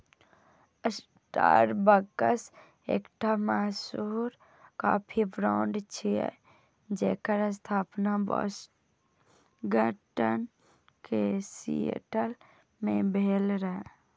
Starbucks एकटा मशहूर coffee brand छियै, जेकर स्थापना वाशिंगटन के सिएटल मे भेल रहै